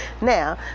Now